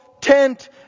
tent